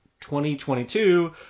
2022